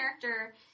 character